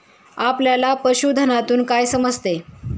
आपल्याला पशुधनातून काय समजते?